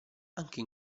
anche